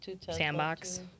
Sandbox